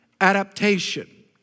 adaptation